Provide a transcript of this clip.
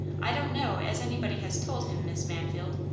i don't know as anybody has told him, mis' mansfield.